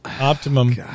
optimum